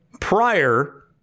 prior